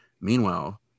Meanwhile